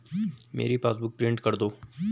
मेरी passbook print कर दो